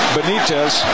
Benitez